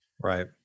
right